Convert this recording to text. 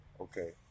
Okay